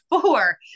four